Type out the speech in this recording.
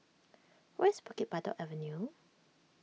where is Bukit Batok Avenue